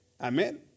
Amen